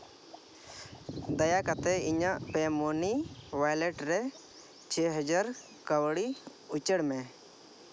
ᱫᱟᱭᱟ ᱠᱟᱛᱮᱫ ᱤᱧᱟᱹᱜ ᱯᱮᱹ ᱢᱚᱱᱤ ᱚᱣᱟᱞᱮ ᱴ ᱨᱮ ᱪᱟᱨ ᱦᱟᱡᱟᱨ ᱠᱟᱹᱣᱰᱤ ᱩᱪᱟᱹᱲ ᱢᱮ